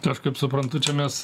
aš kaip suprantu čia mes